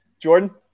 Jordan